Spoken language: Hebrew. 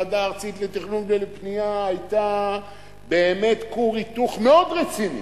ועדה ארצית לתכנון ולבנייה היתה באמת כור היתוך מאוד רציני.